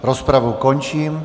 Rozpravu končím.